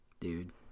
Dude